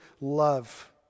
love